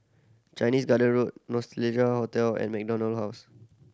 Chinese Garden Road Nostalgia Hotel and MacDonald House